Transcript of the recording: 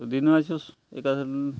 ତ ଦିନ ଆସିବ ଏକା